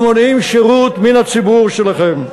ומונעים שירות מן הציבור שלכם.